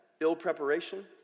ill-preparation